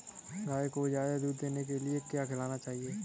गाय को ज्यादा दूध देने के लिए क्या खिलाना चाहिए?